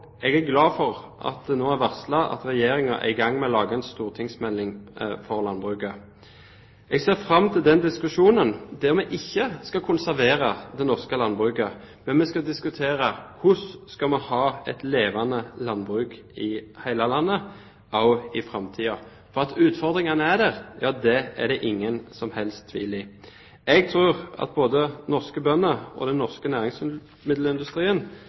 Jeg er glad for at det nå er varslet at Regjeringen er i gang med å lage en stortingsmelding om landbruket. Jeg ser fram til den diskusjonen, ikke om hvordan vi skal konservere det norske landbruket, men om hvordan vi skal klare å ha et levende landbruk i hele landet også i framtiden. For utforingene er der, det er det ingen som helst tvil om. Jeg tror at både norske bønder og den norske næringsmiddelindustrien